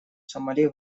сомали